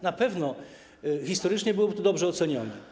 Na pewno historycznie byłoby to dobrze ocenione.